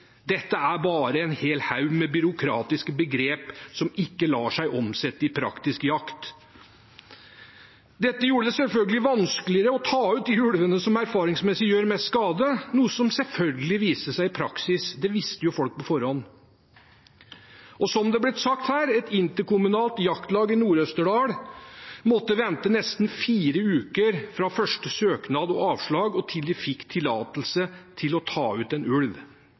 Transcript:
Dette er bare en hel haug med byråkratiske begreper som ikke lar seg omsette i praktisk jakt. Dette gjorde det selvfølgelig vanskeligere å ta ut de ulvene som erfaringsmessig gjør mest skade, noe som selvfølgelig viste seg i praksis – det visste jo folk på forhånd. Som det er blitt sagt her: Et interkommunalt jaktlag i Nord-Østerdal måtte vente i nesten fire uker fra første søknad og avslag til de fikk tillatelse til å ta ut en ulv